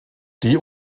die